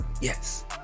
yes